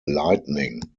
lightning